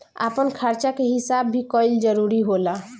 आपन खर्चा के हिसाब भी कईल जरूरी होला